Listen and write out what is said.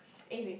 anyway